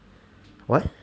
what